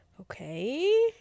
okay